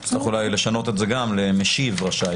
אולי צריך לשנות את זה למשיב רשאי.